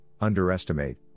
underestimate